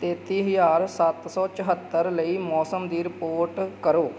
ਤੇਤੀ ਹਜ਼ਾਰ ਸੱਤ ਸੌ ਚੁਹੱਤਰ ਲਈ ਮੌਸਮ ਦੀ ਰਿਪੋਰਟ ਕਰੋ